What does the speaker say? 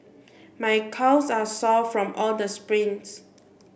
my calves are sore from all the sprints